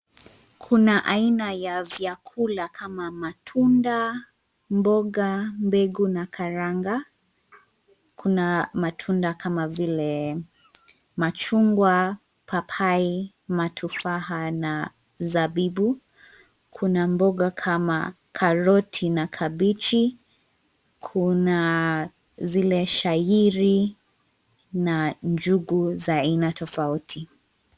Kuna aina ya vyakula kama matunda, mboga, mbegu na karanga. Kuna matunda kama vile machungwa, papai, matufaha na zabibu. Kuna mboga kama karoti na kabichi, kuna zile shayiri na njugu za aina tofauti.